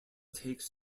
takes